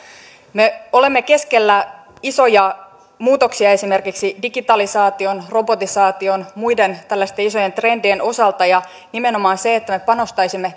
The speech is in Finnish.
me olemme keskellä isoja muutoksia esimerkiksi digitalisaation robotisaation ja muiden tällaisten isojen trendien osalta nimenomaan se että me panostaisimme